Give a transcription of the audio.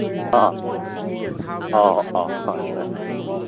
ꯑ ꯑꯧ ꯑꯧ ꯍꯣꯏ ꯍꯣꯏ